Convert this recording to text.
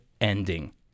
ending